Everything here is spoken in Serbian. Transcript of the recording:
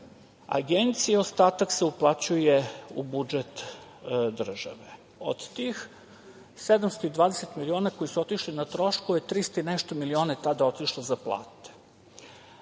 Agencije i ostatak se uplaćuje u budžet države. Od tih 720 miliona koji su otišli na troškove, 300 i nešto miliona je tada otišlo za plate.